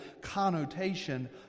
connotation